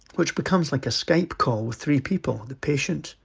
which becomes like a skype call with three people the patient,